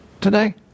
today